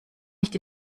nicht